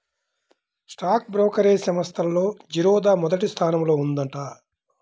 stock brokerage సంస్థల్లో జిరోదా మొదటి స్థానంలో ఉందంట